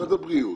שמשרד הבריאות